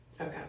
Okay